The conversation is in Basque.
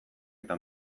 eta